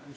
i'm